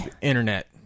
Internet